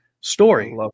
story